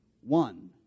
one